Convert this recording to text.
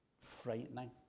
frightening